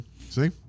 See